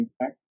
impact